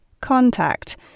contact